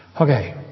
Okay